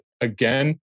again